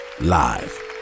live